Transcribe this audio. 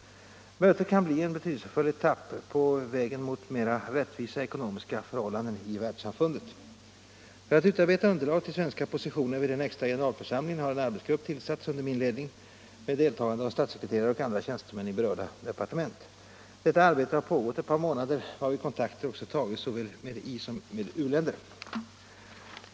Mötet kan bli en betydelsefull etapp på vägen mot mera rättvisa ekonomiska förhållanden i världssamfundet. För att utarbeta underlag till svenska positioner vid den extra generalförsamlingen har en arbetsgrupp tillsatts under min ledning med deltagande av statssekreterare och andra tjänstemän i berörda departement. Detta arbete har pågått ett par månader, varvid kontakter också tagits såväl med isom med u-länder.